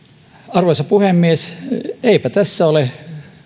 arvoisa puhemies eipä tässä ole